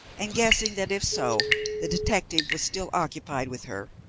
and guessing that if so the detective was still occupied with her,